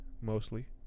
mostly